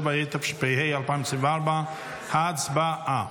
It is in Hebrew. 27), התשפ"ה 2024. ההצבעה.